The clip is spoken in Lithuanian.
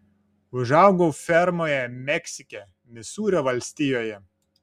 užaugau fermoje meksike misūrio valstijoje